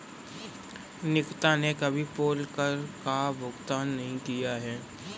निकिता ने कभी पोल कर का भुगतान नहीं किया है